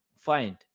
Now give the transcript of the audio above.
find